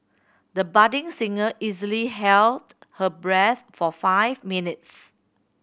the budding singer easily held her breath for five minutes